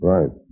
Right